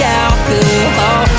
alcohol